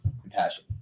compassion